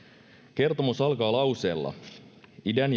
kertomus alkaa lauseella idän